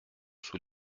sous